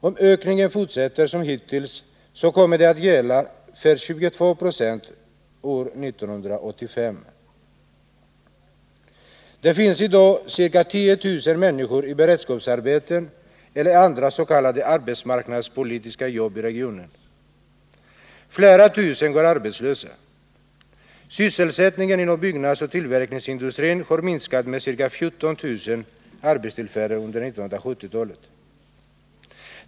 Om ökningen fortsätter som hittills, kommer det att gälla för 22 20 år 1985. Det finns i dag ca 10 000 människor som har beredskapsarbete eller andra s.k. arbetsmarknadspolitiska jobb i regionen. Flera tusen går arbetslösa. Sysselsättningen inom byggnadsoch tillverkningsindustrin har minskat med ca 14 000 arbetstillfällen under 1970-talet.